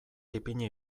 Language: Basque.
ipini